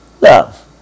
love